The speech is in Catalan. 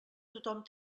tothom